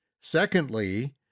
Secondly